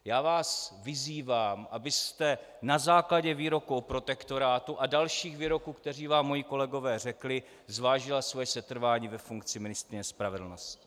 Já vás vyzývám, abyste na základě výroku o protektorátu a dalších výroků, které vám moji kolegové řekli, zvážila svoje setrvání ve funkci ministryně spravedlnosti.